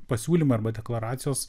pasiūlymai arba deklaracijos